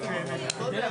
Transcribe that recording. בחנייה,